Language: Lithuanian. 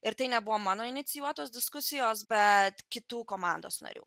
ir tai nebuvo mano inicijuotos diskusijos bet kitų komandos narių